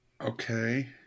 Okay